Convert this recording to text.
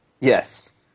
Yes